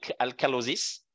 alkalosis